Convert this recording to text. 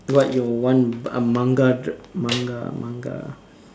what you want a Manga draw~ Manga Manga